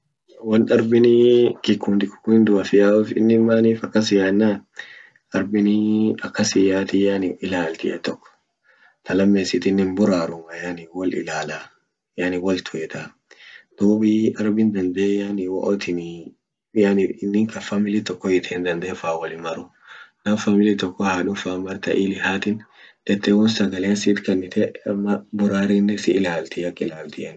Won Arbini kukundi kikundumaf yauf inin manif akas yaa yenan, arbinii akas yayatin yani ilaltia tok ta lamesitinen buraruma yani wol ilalaa yani wol tuetaa dubii arbin dande yani hoatini yani inin ka family toko hiitein dandee fan wolinmaru nam family toko hadum fan marta ili hatin dette won sagalea sitkanite ama burarine si ilalti ak ilaltianne.